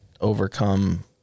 overcome